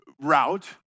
route